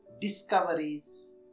discoveries